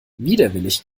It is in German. widerwillig